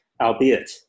albeit